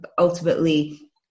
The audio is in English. ultimately